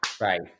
Right